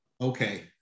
okay